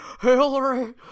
Hillary